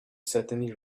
certainly